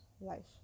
life